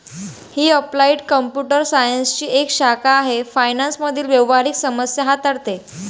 ही applied computer सायन्सची एक शाखा आहे फायनान्स मधील व्यावहारिक समस्या हाताळते